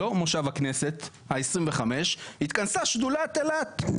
לא מושב הכנסת, העשרים-וחמש, התכנסה שדולת אילת.